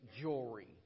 jewelry